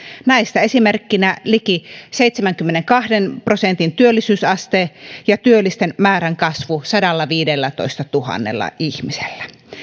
näistä esimerkkinä liki seitsemänkymmenenkahden prosentin työllisyysaste ja työllisten määrän kasvu sadallaviidellätoistatuhannella ihmisellä